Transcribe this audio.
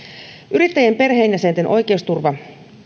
yrittäjien perheenjäsenten oikeusturva